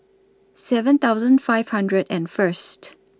seven thousand five hundred and First